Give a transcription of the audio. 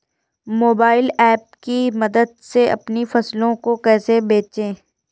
Mobile app की मदद से अपनी फसलों को कैसे बेचें?